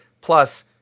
plus